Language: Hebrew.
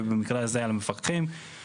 ובמקרה הזה על המפקחים,